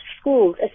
schools